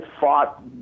fought